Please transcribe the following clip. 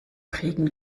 kriegen